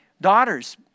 daughters